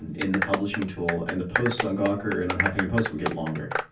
in the publishing tool, and the posts on gawker and on huffington post would get longer,